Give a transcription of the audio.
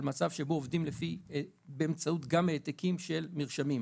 על מצב שבו עובדים גם באמצעות העתקים של מרשמים.